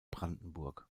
brandenburg